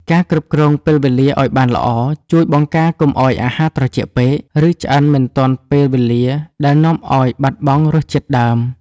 ការគ្រប់គ្រងពេលវេលាឱ្យបានល្អ ជួយបង្ការកុំឱ្យអាហារត្រជាក់ពេក ឬឆ្អិនមិនទាន់ពេលវេលាដែលនាំឱ្យបាត់បង់រសជាតិដើម។